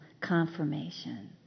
confirmation